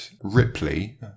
Ripley